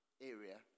area